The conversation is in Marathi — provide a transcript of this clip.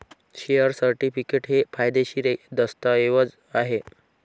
शेअर सर्टिफिकेट हे कायदेशीर दस्तऐवज आहे